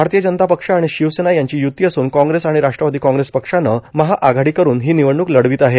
भारतीय जनता पक्ष आणि शिवसेना यांची युती असून काँग्रेस आणि राष्ट्रवादी काँग्रेस पक्षानं महाआघाडी करून ही निवडणूक लढवित आहेत